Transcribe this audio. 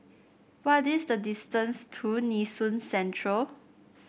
what is the distance to Nee Soon Central